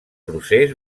procés